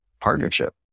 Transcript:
partnership